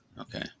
okay